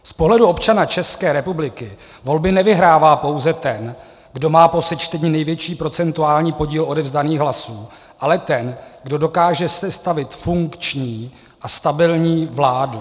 Z pohledu občana České republiky volby nevyhrává pouze ten, kdo má po sečtení největší procentuální podíl odevzdaných hlasů, ale ten, kdo dokáže sestavit funkční a stabilní vládu.